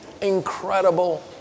incredible